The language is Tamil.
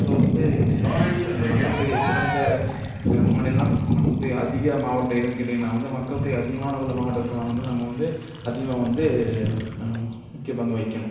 ஸோ வந்து மக்கள் தொகை குறைந்த மாநிலம் மக்கள் தொகை அதிக மாவட்டம் எதுன்னு கேட்டிங்கனால் வந்து மக்கள் தொகை அதிகமான உள்ள மாவட்டத்தில் வந்து நம்ம வந்து அதிகம் வந்து முக்கிய பங்கு வகிக்கணும்